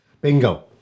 bingo